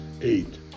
eight